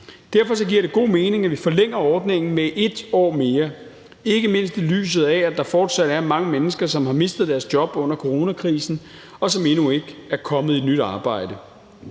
Derfor giver det god mening, at vi forlænger ordningen med 1 år mere, ikke mindst i lyset af at der fortsat er mange mennesker, som har mistet deres job under coronakrisen, og som endnu ikke er kommet i et nyt arbejde.